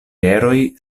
eroj